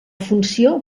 funció